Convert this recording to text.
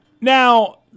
Now